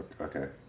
Okay